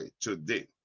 today